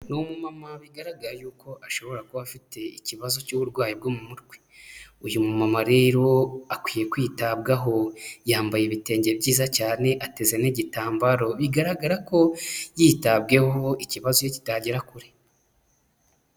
Ni umumama bigaragara yuko ashobora kuba afite ikibazo cy'uburwayi bwo mu mutwe, uyu mumama rero akwiye kwitabwaho, yambaye ibitenge byiza cyane, ateze n'igitambaro, bigaragara ko yitaweho ikibazo cye kitagera kure.